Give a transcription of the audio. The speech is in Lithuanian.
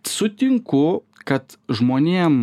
sutinku kad žmonėm